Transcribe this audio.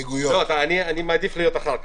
אני מעדיף להיות אחר כך,